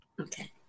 Okay